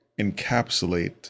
encapsulate